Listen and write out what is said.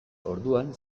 orduan